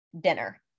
dinner